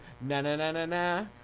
Na-na-na-na-na